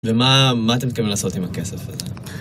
ומה... מה אתם תכוונים לעשות עם הכסף הזה?